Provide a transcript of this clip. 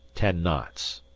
ten knots,